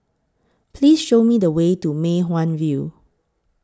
Please Show Me The Way to Mei Hwan View